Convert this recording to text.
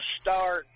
start